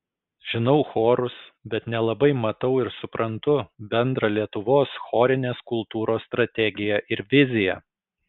žinau chorus bet nelabai matau ir suprantu bendrą lietuvos chorinės kultūros strategiją ir viziją